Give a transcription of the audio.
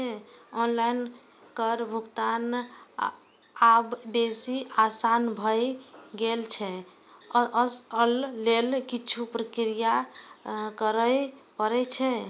online कर भुगतान आब बेसी आसान भए गेल छै, अय लेल किछु प्रक्रिया करय पड़ै छै